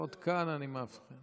לפחות כאן אני מאבחן.